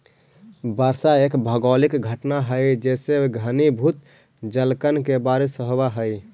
वर्षा एक भौगोलिक घटना हई जेसे घनीभूत जलकण के बारिश होवऽ हई